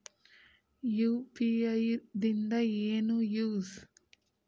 UPI ದಿಂದ ಏನು use?